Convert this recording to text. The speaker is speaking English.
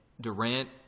Durant